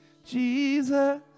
Jesus